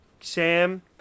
Sam